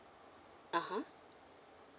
(uh huh)